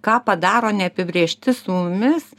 ką padaro neapibrėžti su mumis